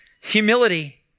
Humility